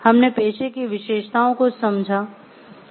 हमने पेशे की विशेषताओं को समझा है